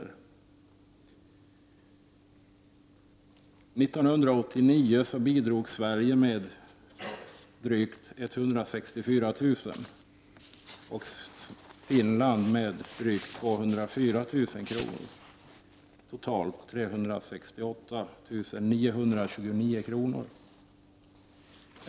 År 1989 bidrog Sverige med drygt 164 000 och Finland med 204 000 kr., totalt 368 929 kr.